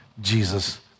Jesus